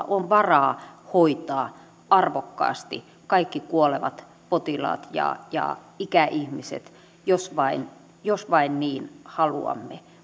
on varaa hoitaa arvokkaasti kaikki kuolevat potilaat ja ja ikäihmiset jos vain jos vain niin haluamme